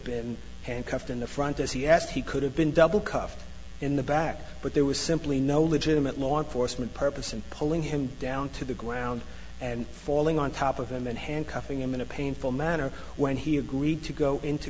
been handcuffed in the front as he as he could have been double cuffed in the back but there was simply no legitimate law enforcement purpose and pulling him down to the ground and falling on top of him and handcuffing him in a painful manner when he agreed to go into